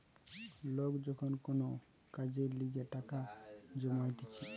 লোক যখন কোন কাজের লিগে টাকা জমাইতিছে